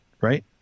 right